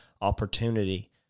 opportunity